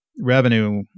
revenue